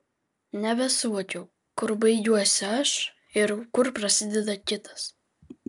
nebesuvokiau kur baigiuosi aš ir kur prasideda kitas